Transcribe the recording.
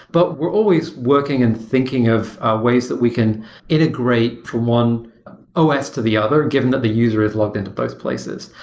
but we're always working and thinking of ah ways that we can integrate from one os to the other given that the user is logged in to both places.